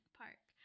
park